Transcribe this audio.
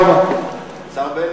תודה רבה,